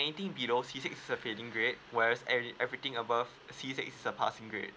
anything below C six is a failing grade whereas every everything above C six is a passing grade